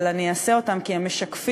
אבל אני אעשה את זה כי הם משקפים,